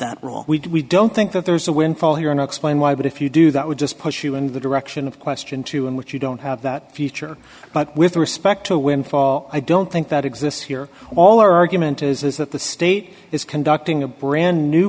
that role we don't think that there's a windfall here and explain why but if you do that would just push you in the direction of question two in which you don't have that feature but with respect to windfall i don't think that exists here all our argument is is that the state is conducting a brand new